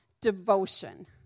devotion